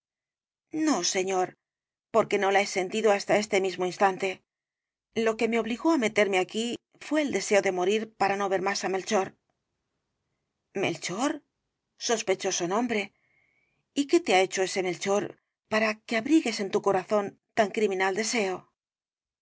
no señor porque no la he sentido hasta este mismo instante lo que me obligó á meterme aquí fué el deseo de morir para no ver más á melchor melchor sospechoso nombre y qué te ha hecho ese melchor para que abrigues en tu corazón tan criminal deseo